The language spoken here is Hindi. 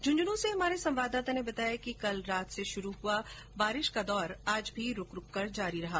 झुंझुनु से हमारे संवाददाता ने बताया कि कल रात से शुरु हुआ बारिश का दौर आज भी रुक रुक कर जारी रहा